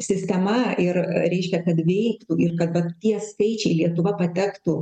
sistema ir reiškia kad veiktų ir kad kad tie skaičiai lietuva patektų